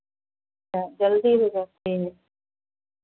जल्दी हो जाती है